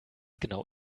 genau